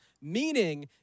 meaning